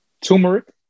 Turmeric